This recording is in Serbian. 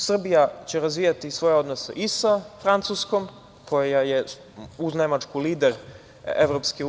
Srbija će razvijati svoje odnose i sa Francuskom koja je, uz Nemačku, lider EU.